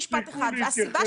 תפסיקו להתייחס